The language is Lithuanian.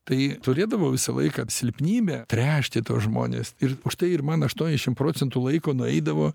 tai turėdavau visą laiką silpnybę tręšti tuos žmones ir štai ir man aštuoniasdešimt procentų laiko nueidavo